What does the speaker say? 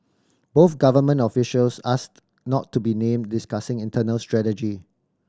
both government officials asked not to be named discussing internal strategy